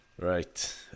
Right